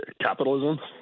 capitalism